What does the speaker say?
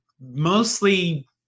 mostly –